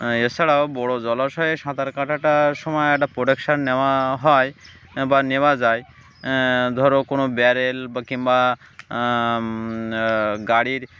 এছাড়াও বড়ো জলাশয়ে সাঁতার কাটাটার সময় একটা প্রোটেকশান নেওয়া হয় বা নেওয়া যায় ধরো কোনো ব্যারেল বা কিংবা গাড়ির